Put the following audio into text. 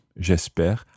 J'espère